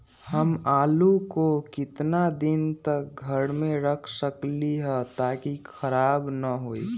हम आलु को कितना दिन तक घर मे रख सकली ह ताकि खराब न होई?